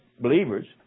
believers